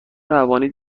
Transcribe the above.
روانی